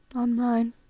on mine,